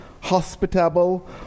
hospitable